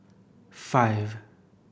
five